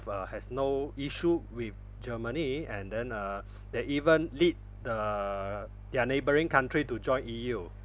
has no issue with germany and then uh they even lead the their neighbouring country to join E_U